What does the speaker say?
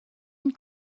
and